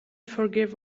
forgive